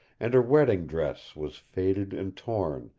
and her wedding dress was faded and torn,